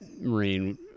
Marine